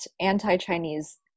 anti-Chinese